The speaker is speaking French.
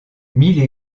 mille